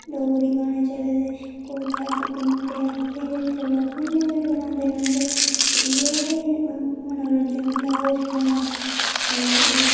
डोगरी गाने चले दे कोट्ठा चुक्क मुंडेआ बत्थेरे लोग अप्पूं गै गुनगुनांदे रौंह्दे ते इयै मनोरंजन होंदा होर केह् होंदा ते होर